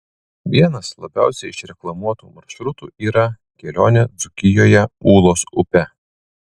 vienas labiausiai išreklamuotų maršrutų yra kelionė dzūkijoje ūlos upe